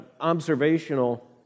observational